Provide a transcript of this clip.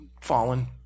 fallen